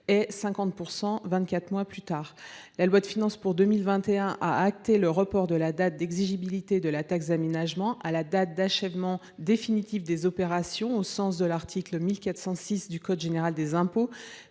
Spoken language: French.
vingt quatre mois après. La loi de finances pour 2021 a acté le report de la date d’exigibilité de la taxe d’aménagement à la date d’achèvement définitif des opérations, au sens de l’article 1406 du code général des impôts,